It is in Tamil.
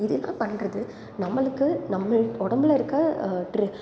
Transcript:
இது என்ன பண்ணுறது நம்மளுக்கு நம்ம உடம்புல இருக்க ட்ரு